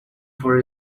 for